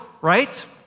right